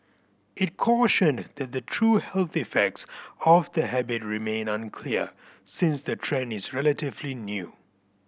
it cautioned that the true health effects of the habit remain unclear since the trend is relatively new